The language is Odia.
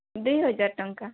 ଦୁଇ ହଜାର ଟଙ୍କା